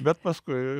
bet paskui